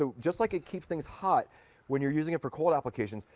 ah just like it keeps things hot when you are using it for cold applications,